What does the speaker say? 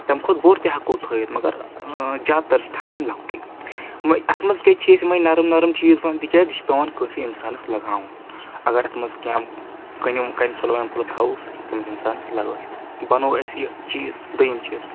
تمہِ کھۄتہٕ بوٚڑ تہِ ہؠکو تھٲیِتھ مگر جاد تَر چھِ تھاوان لَکٹُے اَتھ منٛز کیٛازِ چھِ أسۍ یِمے نَرم نرم چیٖز بَن تِکیازِ یہِ چھُ پؠوان کٲنٛسہِ اِنسانَس لگاوُن اگر اتھ منٛز کینٛہہ کٔنۍ کٔنہِ پھوٚلۍ وَنہِ پھوٚلۍ تھاوو سُہ ہیٚکہِ تٔمِس اِنسانَس لگٲیِتھ بَنوو اَسہِ یہِ چیٖز دٔیٚیِم چیٖز